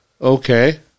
okay